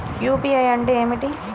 UPI అంటే ఏమిటి?